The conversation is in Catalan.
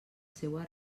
seua